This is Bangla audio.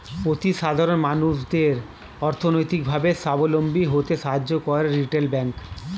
অতি সাধারণ মানুষদের অর্থনৈতিক ভাবে সাবলম্বী হতে সাহায্য করে রিটেল ব্যাংক